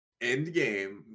Endgame